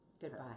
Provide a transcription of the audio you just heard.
Goodbye